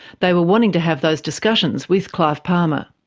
they were wanting to have those discussions with clive palmer.